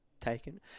taken